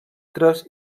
tres